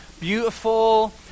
beautiful